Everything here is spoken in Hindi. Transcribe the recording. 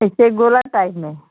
कैसे गोला साइज में